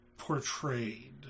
portrayed